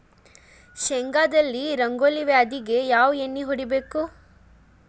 ಶೇಂಗಾದಲ್ಲಿ ರಂಗೋಲಿ ವ್ಯಾಧಿಗೆ ಯಾವ ಎಣ್ಣಿ ಹೊಡಿಬೇಕು?